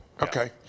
okay